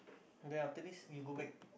then after this you go back